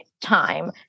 time